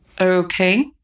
okay